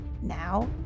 Now